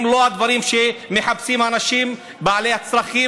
לא הדברים שמחפשים האנשים בעלי הצרכים,